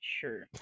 Sure